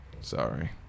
Sorry